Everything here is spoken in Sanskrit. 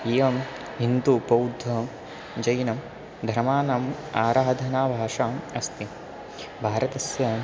इयं हिन्दुबौद्धजैनधर्माणाम् आराधना भाषा अस्ति भारतस्य